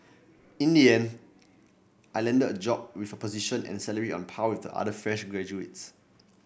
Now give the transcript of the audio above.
in the end I landed the job and with position and salary on par with the other fresh graduates